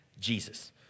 Jesus